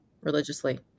religiously